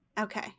Okay